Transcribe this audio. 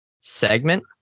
segment